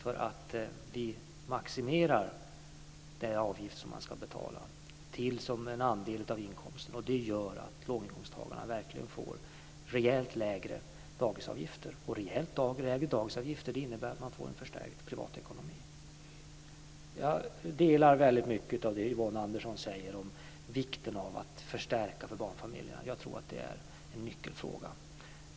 Vi maximerar nämligen den avgift som man ska betala till en viss andel av inkomsten. Det gör att låginkomsttagarna verkligen får rejält lägre dagisavgifter - och rejält lägre dagisavgifter innebär att man får en förstärkt privatekonomi. Jag delar mycket av det som Yvonne Andersson säger om vikten av att förstärka för barnfamiljerna. Jag tror att det är en nyckelfråga.